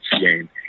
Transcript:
game